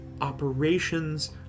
operations